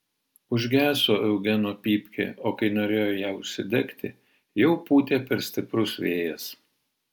užgeso eugeno pypkė o kai norėjo ją užsidegti jau pūtė per stiprus vėjas